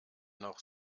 noch